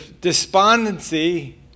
Despondency